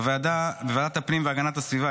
בוועדת הפנים והגנת הסביבה,